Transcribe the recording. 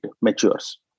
matures